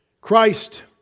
Christ